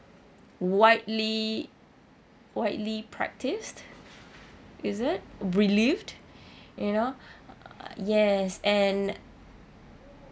widely widely practised is it relieved you know yes and